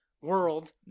world